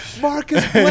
Marcus